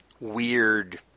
weird